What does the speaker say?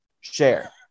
share